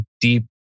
deep